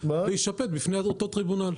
להישפט בפני אותו טריבונל.